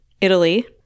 Italy